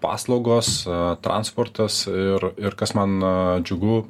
paslaugos transportas ir ir kas man džiugu